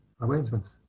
arrangements